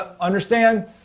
understand